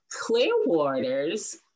Clearwater's